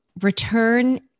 return